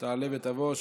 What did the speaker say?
תעלה ותבוא.